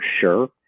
sure